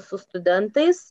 su studentais